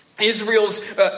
Israel's